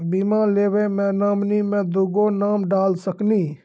बीमा लेवे मे नॉमिनी मे दुगो नाम डाल सकनी?